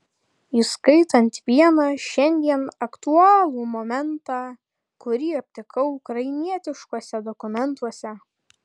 įskaitant vieną šiandien aktualų momentą kurį aptikau ukrainietiškuose dokumentuose